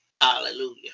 Hallelujah